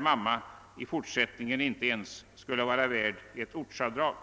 av kvinnor i fortsättningen ens skulle vara värd ett ortsavdrag.